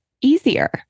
easier